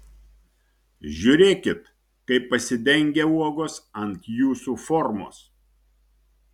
žiūrėkit kaip pasidengia uogos ant jūsų formos